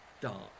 dark